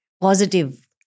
positive